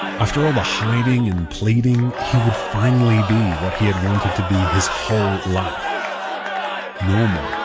after all the hiding and pleading, he would finally be what he had wanted to be his whole life normal.